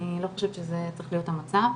אני לא חושבת שזה צריך להיות המצב.